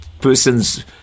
person's